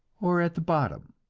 or at the bottom?